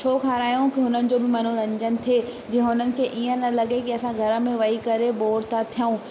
छो खारायूं की हुननि जो बि मनोरंजन थिए जीअं हुननि खे ईअं न लॻे की असां घर में विही करे बोर था थियूं